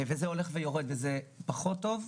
זה גרף שהולך ויורד, שזה דבר שהוא פחות טוב,